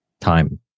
time